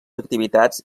activitats